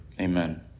Amen